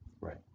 Right